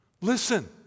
Listen